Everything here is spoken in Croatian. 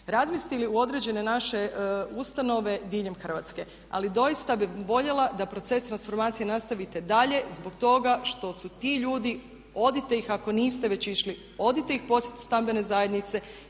razmjestili u određene naše ustanove diljem Hrvatske. Ali doista bih voljela da proces transformacije nastavite dalje zbog toga što su ti ljudi, odite ih ako niste već išli, odite ih posjetiti u stambene zajednice